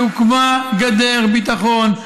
שהוקמה גדר ביטחון,